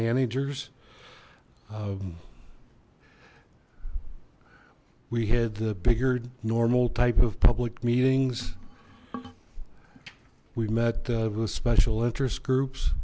managers we had the bigger normal type of public meetings we met with special interest groups